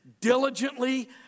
diligently